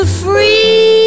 free